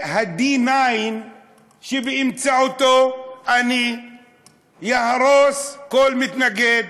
שיהיה ה-D9 שבאמצעותו אני אהרוס כל מתנגד,